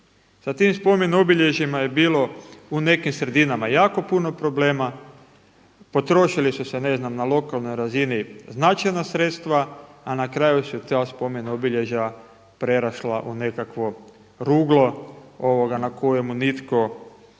Sa tim spomen-obilježjima je bilo u nekim sredinama jako puno problema. Potrošili su se ne znam na lokalnoj razini značajna sredstva, a na kraju su ta spomen-obilježja prerasla u nekakvo ruglo na kojemu nitko